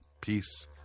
peace